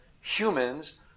humans